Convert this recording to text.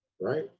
right